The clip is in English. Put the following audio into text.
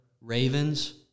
Ravens